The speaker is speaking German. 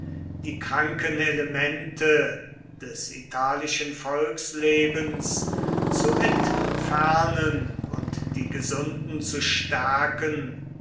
die kranken elemente des italischen volkslebens zu entfernen und die gesunden zu stärken